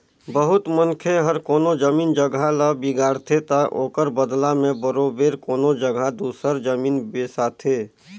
बहुत मनखे हर कोनो जमीन जगहा ल बिगाड़थे ता ओकर बलदा में बरोबेर कोनो जगहा दूसर जमीन बेसाथे